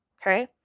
Okay